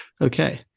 Okay